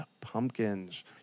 pumpkins